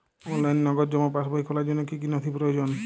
অনলাইনে নগদ জমা পাসবই খোলার জন্য কী কী নথি প্রয়োজন?